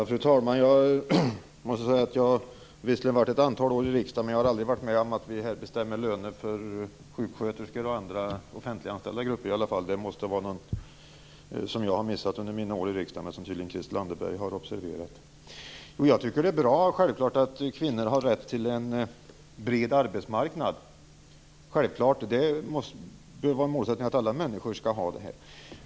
Fru talman! Jag har visserligen varit ett antal år i riksdagen, men jag har aldrig har varit med om att vi här bestämmer lönerna för sjuksköterskor och andra offentliganställda grupper. Det måste vara något som jag har missat under mina år i riksdagen men som tydligen Christel Anderberg har observerat. Det är självfallet bra att kvinnor har rätt till en bred arbetsmarknad. Det måste självfallet vara ett mål att alla människor skall ha det.